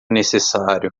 necessário